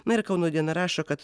na ir kauno diena rašo kad